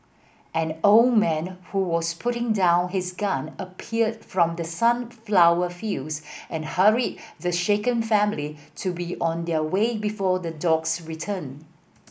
an old man who was putting down his gun appeared from the sunflower fields and hurried the shaken family to be on their way before the dogs return